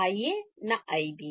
IA না IB